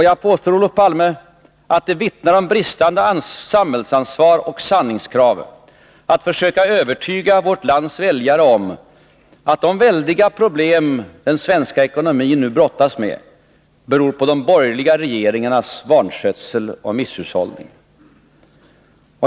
Jag påstår, Olof Palme, att det vittnar om bristande samhällsansvar och sanningskrav att försöka övertyga vårt lands väljare om att de väldiga problem som den svenska ekonomin nu brottas med beror på de borgerliga regeringarnas vanskötsel och misshushållning.